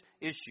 issue